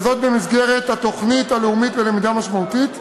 וזאת במסגרת התוכנית הלאומית ללמידה משמעותית.